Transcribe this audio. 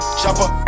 chopper